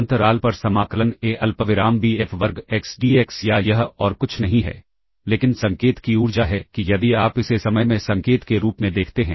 अंतराल पर समाकलन ए अल्पविराम बी एफ वर्ग एक्स d एक्स या यह और कुछ नहीं है लेकिन संकेत की ऊर्जा है कि यदि आप इसे समय में संकेत के रूप में देखते हैं